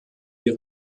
die